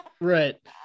Right